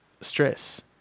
stress